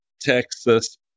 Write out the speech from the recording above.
Texas